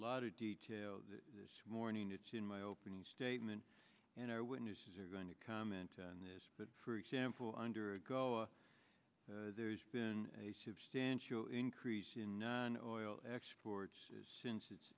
lot of detail this morning it's in my opening statement and our witnesses are going to comment on this but for example under go there's been a substantial increase in nine or oil exports since it